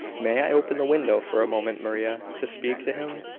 may i open the window for a moment, maria, to speak to him?